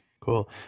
Cool